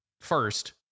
first